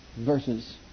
versus